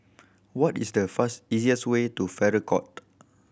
what is the easiest way to Farrer Court